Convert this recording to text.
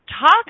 talk